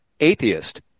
atheist